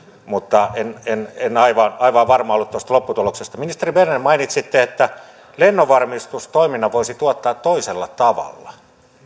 mutta en en aivan aivan varma ollut tuosta lopputuloksesta ministeri berner mainitsitte että lennonvarmistustoiminnan voisi tuottaa toisella tavalla